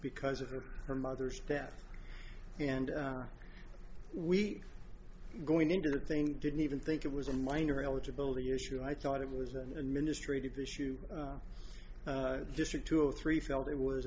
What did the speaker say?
because of her mother's death and we were going into the thing didn't even think it was a minor eligibility issue i thought it was an administrative issue the district two or three felt it was